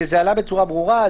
זה עלה בצורה ברורה,